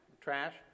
trash